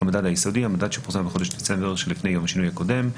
"המדד היסודי" המדד שפורסם בחודש דצמבר שלפני יום השינוי הקודם,